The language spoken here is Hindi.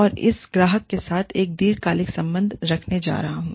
मैं इस ग्राहक के साथ एक दीर्घकालिक संबंध रखने जा रहा हूं